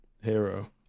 hero